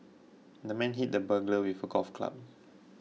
the man hit the burglar with a golf club